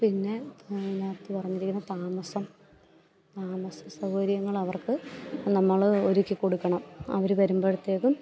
പിന്നെ അതിനകത്ത് പറഞ്ഞിരിക്കുന്നത് താമസം താമസ സൗകര്യങ്ങൾ അവർക്ക് നമ്മള് ഒരുക്കിക്കൊടുക്കണം അവര് വരുമ്പോഴത്തേക്കും